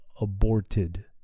aborted